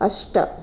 अष्ट